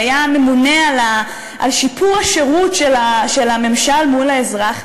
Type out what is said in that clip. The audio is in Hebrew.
שהיה ממונה על שיפור השירות של הממשל מול האזרח,